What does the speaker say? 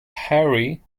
harry